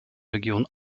region